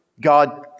God